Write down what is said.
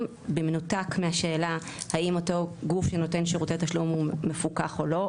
במנותק מהשאלה האם אותו גוף שנותן שירותי תשלום הוא מפוקח או לא,